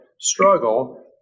struggle